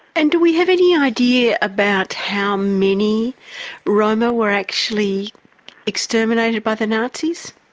and do we have any idea about how many roma were actually exterminated by the nazis?